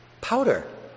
powder